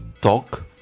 talk